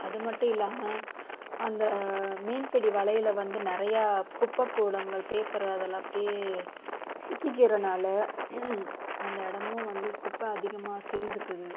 அது மட்டும் இல்லாமல் அந்த மீன் பிடி வலையில் வந்து நிறையா குப்பை கூளங்கள் பேப்பரு அது எல்லாம் அப்படியே சிக்கிக்கிறனால் அந்த இடமும் வந்து குப்பை அதிகமாக சேர்ந்துக்குது